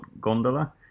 gondola